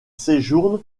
séjourne